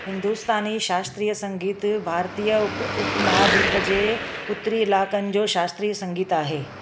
हिन्दुस्तानी शास्त्रीय संगीत भारतीय उपमहादीप जे उत्तरी इलाइक़नि जो शास्त्रीय संगीत आहे